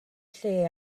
lle